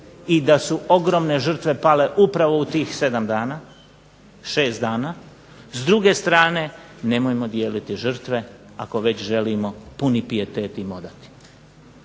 i da su ogromne žrtve pale upravo u tih 7 dana, 6 dana. S druge strane nemojmo dijeliti žrtve ako već želimo puni pijetet im odati.